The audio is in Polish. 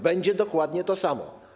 Będzie dokładnie to samo.